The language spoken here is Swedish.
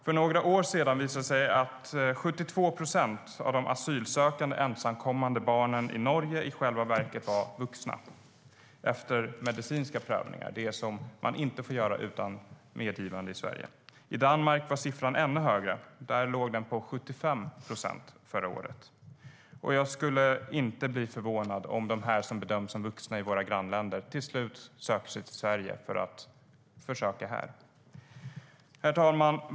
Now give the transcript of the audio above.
För några år sedan visade det sig att 72 procent av de asylsökande ensamkommande barnen i Norge i själva verket var vuxna. Detta konstaterades efter medicinska prövningar - något som man i Sverige inte får göra utan medgivande. I Danmark var siffran ännu högre. Där låg den på 75 procent förra året. Jag skulle inte bli förvånad om dessa som bedöms som vuxna i våra grannländer till slut söker sig till Sverige för att försöka här. Herr talman!